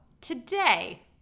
today